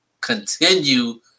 continue